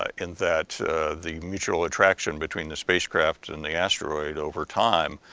ah in that the mutual attraction between the space craft and the asteroid over time,